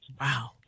Wow